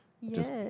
Yes